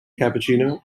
cappuccino